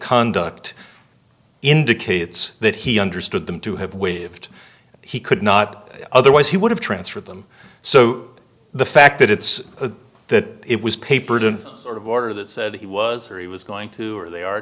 conduct indicates that he understood them to have waived he could not otherwise he would have transferred them so the fact that it's that it was papered an order that said he was or he was going to or they are